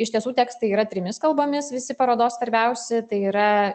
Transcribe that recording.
iš tiesų tekstai yra trimis kalbomis visi parodos svarbiausi tai yra